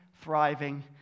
thriving